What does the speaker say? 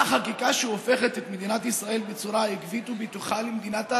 לנוכח החקיקה שהופכת את מדינת ישראל בצורה עקבית ובטוחה למדינת הלכה,